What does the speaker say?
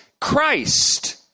Christ